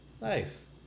Nice